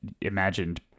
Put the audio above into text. imagined